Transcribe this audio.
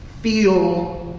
feel